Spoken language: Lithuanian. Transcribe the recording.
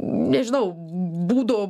nežinau būdo